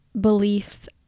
beliefs